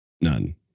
none